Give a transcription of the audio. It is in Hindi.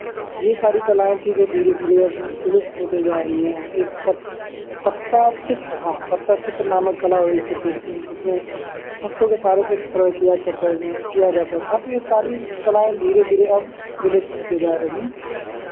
ये सारी कलाएँ थीं जो धीरे धीरे अब विलुप्त होते जा रही हैं एक पत पत्ता चित्र हाँ पत्ता चित्र नामक कला होए करती थीं जिसमें पत्तों के सहारे से चित्रण किया करता था किया जाता था तो ये सारी कलाएँ धीरे धीरे अब विलुप्त होते जा रहीं